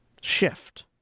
Shift